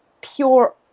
pure